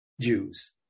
Jews